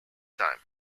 time